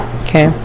okay